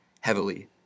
heavily